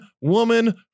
woman